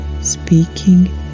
speaking